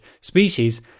species